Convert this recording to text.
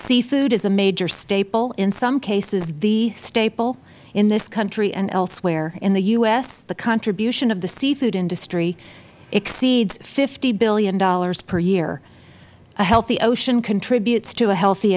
seafood is a major staple in some cases the staple in this country and elsewhere in the u s the contribution of the seafood industry exceeds fifty dollars billion per year a healthy ocean contributes to a healthy